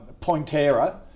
Pointera